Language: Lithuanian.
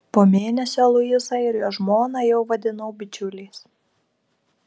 po mėnesio luisą ir jo žmoną jau vadinau bičiuliais